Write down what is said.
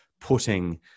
putting